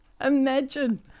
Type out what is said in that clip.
imagine